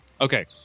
Okay